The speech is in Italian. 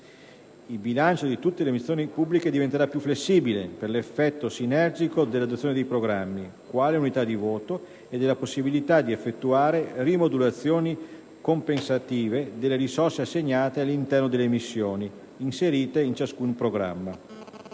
Il bilancio di tutte le amministrazioni pubbliche diventerà più flessibile per l'effetto sinergico dell'adozione dei programmi quali unità di voto e della possibilità di effettuare rimodulazioni compensative delle risorse assegnate all'interno delle missioni inserite in ciascun programma;